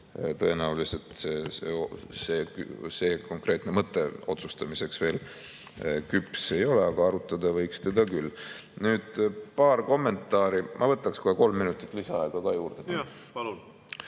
tõenäoliselt see konkreetne mõte otsustamiseks veel küps ei ole, aga arutada võiks seda küll. Nüüd paar kommentaari. Ma võtaks kohe kolm minutit lisaaega ka juurde.